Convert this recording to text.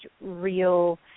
real